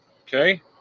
okay